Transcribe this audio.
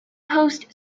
post